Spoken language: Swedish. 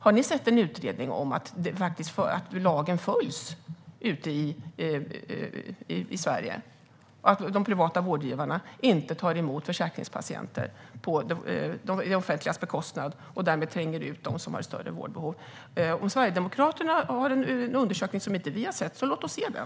Har ni sett en utredning om att lagen följs ute i Sverige och att de privata vårdgivarna inte tar emot försäkringspatienter på det offentligas bekostnad och därmed tränger ut dem som har större vårdbehov? Om Sverigedemokraterna har en undersökning som vi inte har sett så låt oss se den!